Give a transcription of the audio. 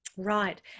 Right